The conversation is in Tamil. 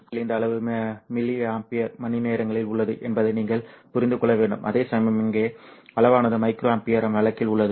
நேர்மறையில் இந்த அளவு மில்லி ஆம்பியர் மணிநேரங்களில் உள்ளது என்பதை நீங்கள் புரிந்து கொள்ள வேண்டும் அதேசமயம் இங்கே அளவானது மைக்ரோஅம்பியர் வழக்கில் உள்ளது